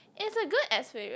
is a good experience